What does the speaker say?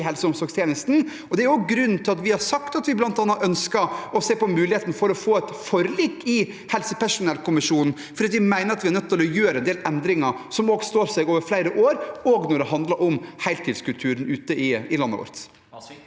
helse- og omsorgstjenesten. Det er grunnen til at vi har sagt at vi bl.a. ønsker å se på muligheten for å få et forlik i helsepersonellkommisjonen, for vi mener at vi er nødt til å gjøre en del endringer som står seg over flere år, også når det handler om heltidskulturen ute i landet vårt.